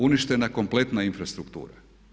Uništena kompletna infrastruktura.